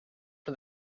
for